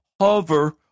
hover